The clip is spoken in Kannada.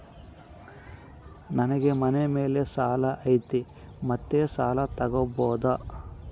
ನನಗೆ ಮನೆ ಮೇಲೆ ಸಾಲ ಐತಿ ಮತ್ತೆ ಸಾಲ ತಗಬೋದ?